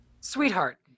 Sweetheart